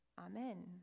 Amen